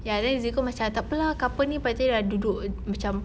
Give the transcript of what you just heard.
ya then zeko macam tak apa lah couple ni pada sudah duduk macam